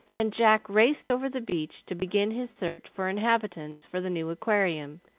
and jack raced over the beach to begin his search for inhabitants for the new aquarium,